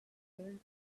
learn